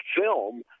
film